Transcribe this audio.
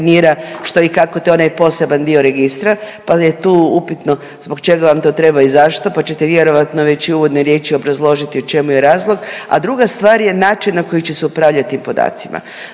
što i kako, to je onaj poseban dio registra, pa je tu upitno zbog čega vam to treba i zašto, pa ćete vjerojatno već i u uvodnoj riječi obrazložiti u čemu je razlog, a druga stvar je način na koji će se upravljat tim podacima.